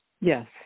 Yes